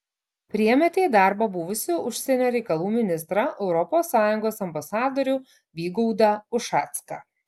priėmėte į darbą buvusį užsienio reikalų ministrą europos sąjungos ambasadorių vygaudą ušacką